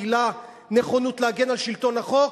גילה נכונות להגן על שלטון החוק,